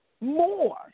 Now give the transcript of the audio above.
more